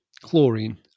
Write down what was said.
chlorine